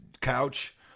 couch